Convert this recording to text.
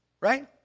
right